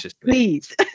please